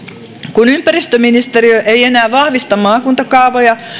kun ympäristöministeriö ei enää vahvista maakuntakaavoja